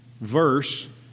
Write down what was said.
verse